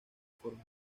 forma